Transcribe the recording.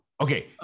Okay